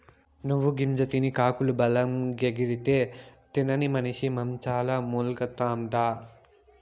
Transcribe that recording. నువ్వు గింజ తిన్న కాకులు బలంగెగిరితే, తినని మనిసి మంచంల మూల్గతండా